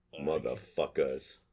Motherfuckers